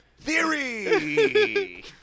Theory